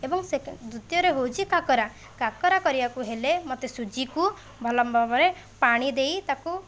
ଏବଂ ଦ୍ଵିତୀୟରେ ହେଉଛି କାକରା କାକରା କରିବାକୁ ହେଲେ ମୋତେ ସୁଜିକୁ ଭଲ ଭାବରେ ପାଣି ଦେଇ ତାକୁ